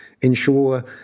ensure